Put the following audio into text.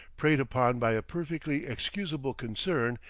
preyed upon by a perfectly excusable concern,